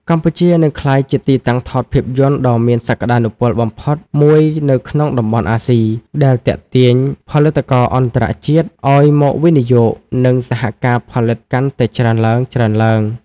កម្ពុជានឹងក្លាយជាទីតាំងថតភាពយន្តដ៏មានសក្ដានុពលបំផុតមួយនៅក្នុងតំបន់អាស៊ី ដែលទាក់ទាញផលិតករអន្តរជាតិឱ្យមកវិនិយោគ និងសហការផលិតកាន់តែច្រើនឡើងៗ។